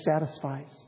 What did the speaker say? satisfies